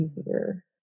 easier